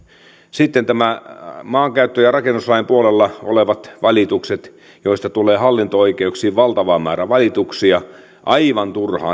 sitten on nämä maankäyttö ja rakennuslain puolella olevat valitukset joita tulee hallinto oikeuksiin valtava määrä aivan